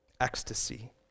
ecstasy